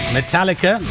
Metallica